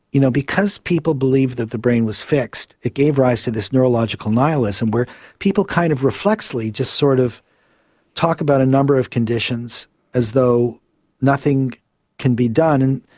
you know because people believed that the brain was fixed, it gave rise to this neurological nihilism where people kind of reflexly just sort of talk about a number of conditions as though nothing can be done.